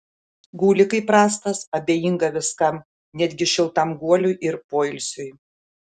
guli kaip rąstas abejinga viskam netgi šiltam guoliui ir poilsiui